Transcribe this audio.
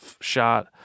shot